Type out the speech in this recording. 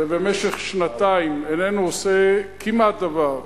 ובמשך שנתיים איננו עושה כמעט דבר,